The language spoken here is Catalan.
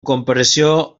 comparació